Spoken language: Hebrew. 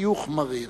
בחיוך מריר,